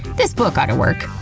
this book oughta work.